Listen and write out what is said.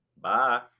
bye